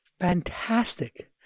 Fantastic